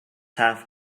half